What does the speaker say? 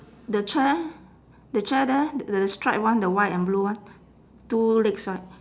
the chair the chair there the stripe one the white and blue one two legs right